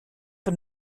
een